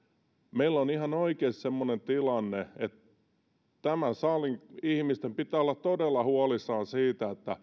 meillä on ihan oikeasti semmoinen tilanne että tämän salin ihmisten pitää olla todella huolissaan siitä